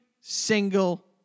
single